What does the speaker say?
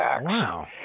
Wow